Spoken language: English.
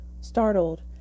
startled